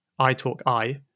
italki